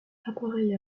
appareil